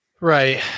right